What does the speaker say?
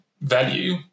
value